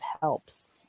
helps